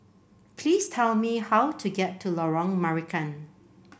please tell me how to get to Lorong Marican